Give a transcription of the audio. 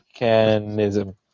Mechanism